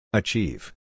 achieve